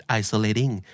isolating. (